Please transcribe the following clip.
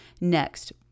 next